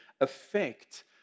affect